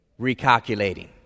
recalculating